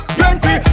plenty